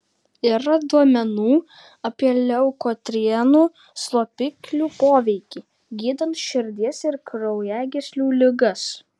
yra duomenų apie leukotrienų slopiklių poveikį gydant širdies ir kraujagyslių ligas